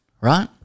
right